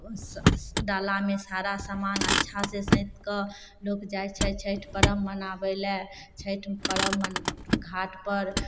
अपन छै डालामे सारा समान अच्छा से सैंतिकऽ लोक जाइ छै छठि पर्ब मनाबै लए छठि पर्ब मन घाटपर